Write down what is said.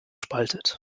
spaltet